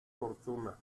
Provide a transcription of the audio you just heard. fortuna